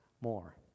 more